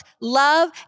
love